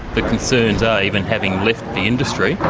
the concerns are, even having left the industry,